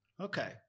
Okay